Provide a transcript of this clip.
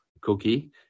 Cookie